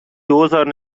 دوزار